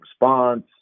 response